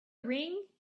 ring